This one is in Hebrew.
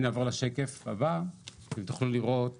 אם נעבור לשקף הבא, אתם תוכלו לראות